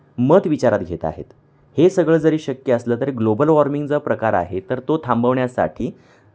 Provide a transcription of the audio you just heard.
मत विचारात घेत आहेत हे सगळं जरी शक्य असलं तरी ग्लोबल वॉर्मिंग जो प्रकार आहे तर तो थांबवण्यासाठी